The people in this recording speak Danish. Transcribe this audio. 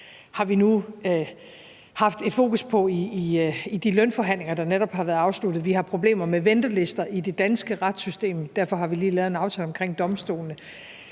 har vi nu haft et fokus på i de lønforhandlinger, der netop er blevet afsluttet. Vi har problemer med ventelister i det danske retssystem, og derfor har vi lige lavet en aftale omkring domstolene.